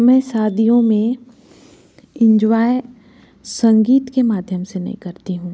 मैं शादियों में इंजॉय संगीत के माध्यम से नहीं करती हूँ